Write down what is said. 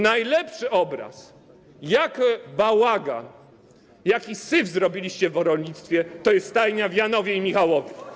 Najlepszy obraz tego, jaki bałagan, jaki syf zrobiliście w rolnictwie, to jest stajnia w Janowie i Michałowie.